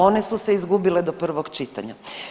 One su se izgubile do prvog čitanja.